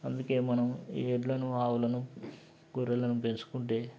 అందుకే మనం ఎడ్లను ఆవులను గొర్రెలను పెంచుకుంటే